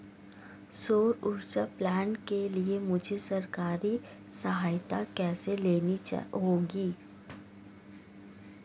सौर ऊर्जा प्लांट के लिए मुझे सरकारी सहायता कैसे लेनी होगी?